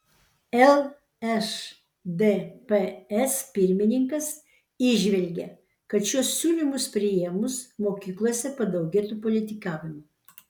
lšdps pirmininkas įžvelgia kad šiuos siūlymus priėmus mokyklose padaugėtų politikavimo